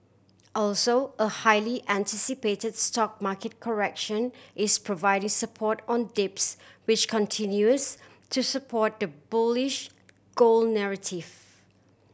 also a highly anticipate stock market correction is providing support on dips which continues to support the bullish gold narrative